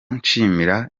nshimira